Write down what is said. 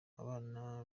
abana